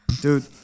Dude